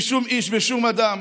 שום איש, שום אדם.